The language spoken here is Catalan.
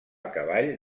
cavall